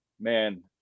man